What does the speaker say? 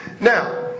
Now